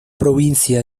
provincia